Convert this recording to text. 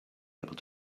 able